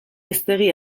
hiztegi